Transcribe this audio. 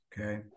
okay